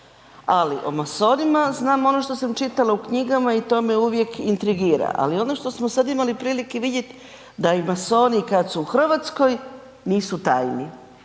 Ali o masonima znam ono što sam čitala u knjigama i to je me uvijek intrigira, ali ono što smo sad imali prilike vidjeti da i masoni kad su u Hrvatskoj, nisu tajni